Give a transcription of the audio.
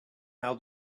how